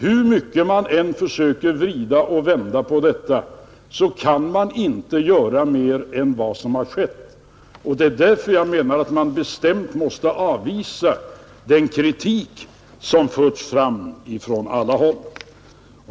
Hur mycket man än försöker att vrida och vända på detta kan man inte göra mer än vad som har skett. Därför menar jag att man bestämt måste avvisa den kritik som förts fram från en del håll.